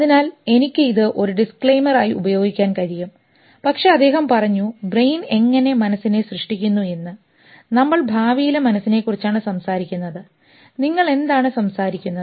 അതിനാൽ എനിക്ക് ഇത് ഒരു disclaimer ആയി ഉപയോഗിക്കാൻ കഴിയും പക്ഷേ അദ്ദേഹം പറഞ്ഞു ബ്രെയിൻ എങ്ങനെ മനസ്സിനെ സൃഷ്ടിക്കുന്നു എന്ന് നമ്മൾ ഭാവിയിലെ മനസ്സിനെ കുറിച്ചാണ് സംസാരിക്കുന്നത് നിങ്ങൾ എന്താണ് സംസാരിക്കുന്നത്